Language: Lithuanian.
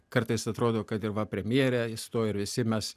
kartais atrodo kad ir va premjerė išstojo ir visi mes